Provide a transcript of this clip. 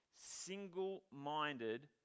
single-minded